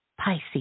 Pisces